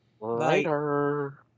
Later